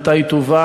מתי היא תובא,